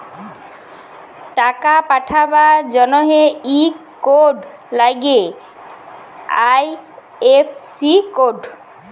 টাকা পাঠাবার জনহে ইক কোড লাগ্যে আই.এফ.সি কোড